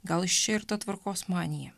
gal iš čia ir ta tvarkos manija